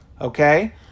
okay